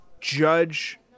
judge